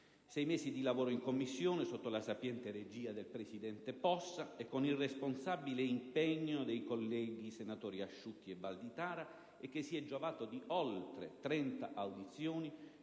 Sei mesi di lavoro in Commissione, sotto la sapiente regia del presidente Possa e con il responsabile impegno dei colleghi Asciutti e Valditara, che si è giovato di oltre 30 audizioni